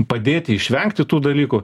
padėti išvengti tų dalykų